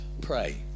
Pray